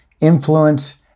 influence